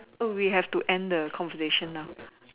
oh we have to end the conversation now